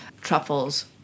truffles